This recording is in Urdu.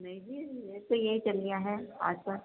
نہیں جی ریٹ تو یہی چل رہا ہے آج کل